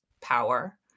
power